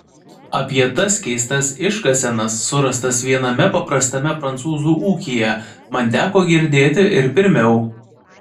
apie tas keistas iškasenas surastas viename paprastame prancūzų ūkyje man teko girdėti ir pirmiau